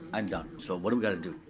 i'm done. so what do we gotta do?